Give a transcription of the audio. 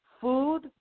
food